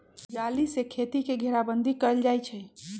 जाली से खेती के घेराबन्दी कएल जाइ छइ